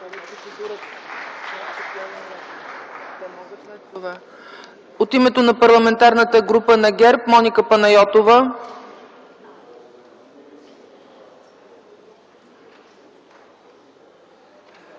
От името на Парламентарната група на ГЕРБ – Моника Панайотова.